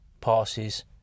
passes